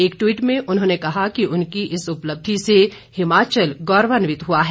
एक ट्वीट में उन्होंने कहा कि उनकी इस उपलब्धि से हिमाचल गौरवान्वित हुआ है